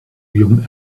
young